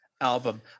album